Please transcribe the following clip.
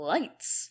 Lights